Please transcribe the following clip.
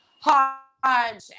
Hodge